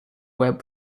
web